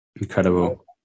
Incredible